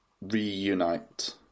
reunite